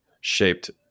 shaped